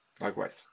Likewise